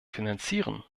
finanzieren